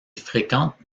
fréquente